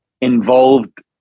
involved